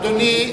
אדוני,